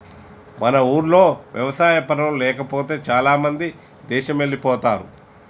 మన ఊర్లో వ్యవసాయ పనులు లేకపోతే చాలామంది దేశమెల్లిపోతారు